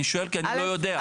אני שואל כי אני לא יודע,